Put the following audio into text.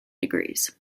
degrees